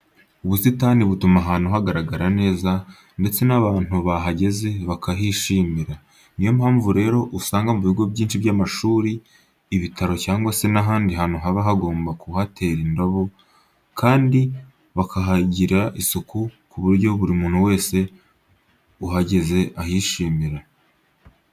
Ubusitani butuma ahantu hagaragara neza ndetse n'abantu bahageze bakahishimira. Niyo mpamvu rero usanga mu bigo byinshi by'amashuri, ibitaro cyangwa se n'ahandi hantu baba bagomba kuhatera indabo, kandi bakahagirira isuku ku buryo buri muntu wese uhageze ahishimira.